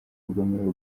urugomero